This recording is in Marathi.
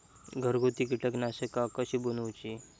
घरगुती कीटकनाशका कशी बनवूची?